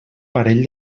parell